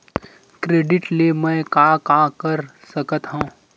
Credit ले मैं का का कर सकत हंव?